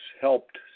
helped